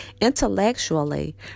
intellectually